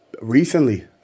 Recently